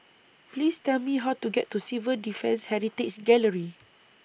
Please Tell Me How to get to Civil Defence Heritage Gallery